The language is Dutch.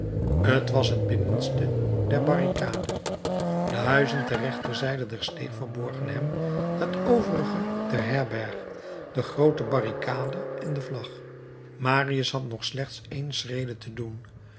t was het binnenste der barricade de huizen ter rechterzijde der steeg verborgen hem het overige der herberg de groote barricade en de vlag marius had nog slechts één schrede te doen